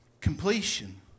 Completion